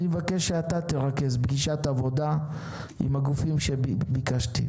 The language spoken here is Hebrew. אני מבקש שאתה תרכז פגישת עבודה עם הגופים שביקשתי.